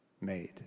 made